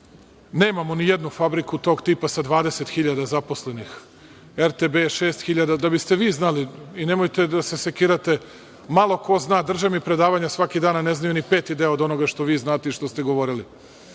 Nemamo ni jednu fabriku tog tipa sa 20.000 zaposlenih, RTB 6.000, da biste vi znali i nemojte da se sekirate, malo ko zna. Drže mi predavanja svaki dan, a ne znaju ni peti deo od onoga što vi znate i što ste govorili.